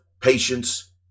patience